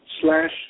slash